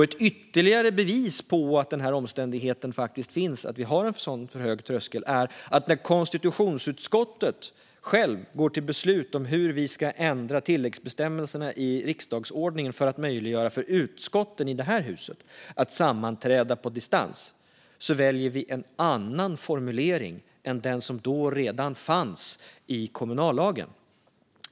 Ett ytterligare bevis på att denna omständighet faktiskt finns - att vi har en för hög tröskel - är detta: När vi i konstitutionsutskottet själva går till beslut om hur vi ska ändra tilläggsbestämmelserna i riksdagsordningen för att möjliggöra för utskotten i detta hus att sammanträda på distans väljer vi en annan formulering än den som redan finns i kommunallagen.